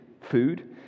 food